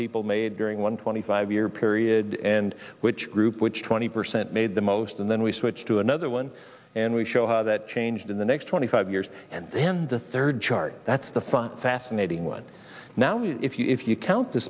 people made during one twenty five year period and which group which twenty percent made the most and then we switch to another one and we show how that changed in the next twenty five years and then the third chart that's the fun fascinating one now if you if you count the